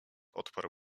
odparł